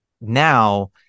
now